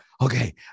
okay